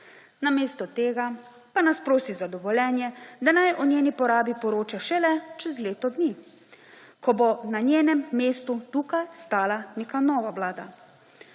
Namesto tega pa nas prosi za dovoljenje, da naj o njeni porabi poroča šele čez leto dni, ko bo na njenem mestu tukaj stala neka nova vlada.